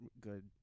good